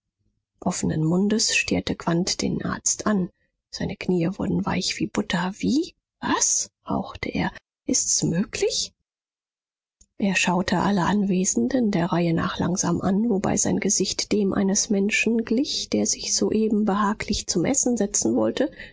offenen mundes stierte quandt den arzt an seine knie wurden weich wie butter wie was hauchte er ist's möglich er schaute alle anwesenden der reihe nach langsam an wobei sein gesicht dem eines menschen glich der sich soeben behaglich zum essen setzen wollte